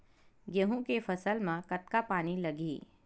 गेहूं के फसल म कतका पानी लगही?